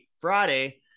Friday